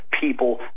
people